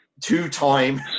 two-time